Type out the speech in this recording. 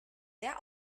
sehr